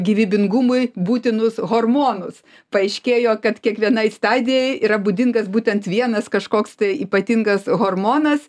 gyvybingumui būtinus hormonus paaiškėjo kad kiekvienai stadijai yra būdingas būtent vienas kažkoks tai ypatingas hormonas